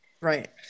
right